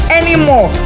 anymore